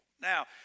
Now